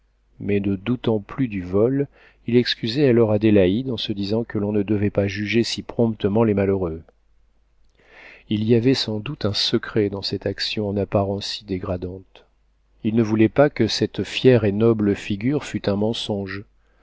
mais ne doutant plus du vol il excusait alors adélaïde en se disant que l'on ne devait pas juger si promptement les malheureux il y avait sans doute un secret dans cette action en apparence si dégradante il ne voulait pas que cette fière et noble figure fût un mensonge